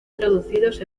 traducidos